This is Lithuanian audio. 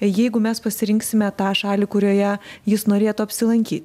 jeigu mes pasirinksime tą šalį kurioje jis norėtų apsilankyti